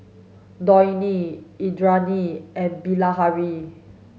Dhoni Indranee and Bilahari